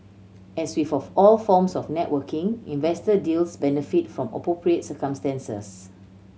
as with all forms of networking investor deals benefit from appropriate circumstances